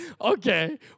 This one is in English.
Okay